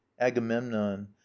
agamemnon